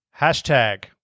Hashtag